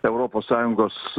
europos sąjungos